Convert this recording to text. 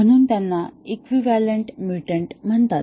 म्हणून त्यांना इक्विवैलन्ट म्युटंटम्हणतात